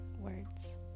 words